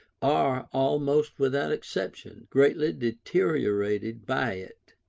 are, almost without exception, greatly deteriorated by it.